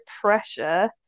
pressure